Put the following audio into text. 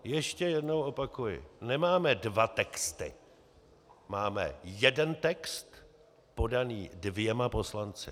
Ještě jednou opakuji: nemáme dva texty, máme jeden text podaný dvěma poslanci.